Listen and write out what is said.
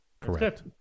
Correct